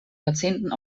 jahrzehnten